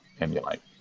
emulate